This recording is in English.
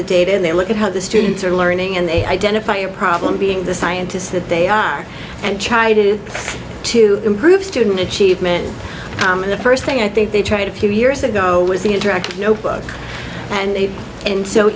the data and they look at how the students are learning and they identify a problem being the scientists that they are and chided to improve student achievement in the first thing i think they tried a few years ago was the interactive notebook and they and so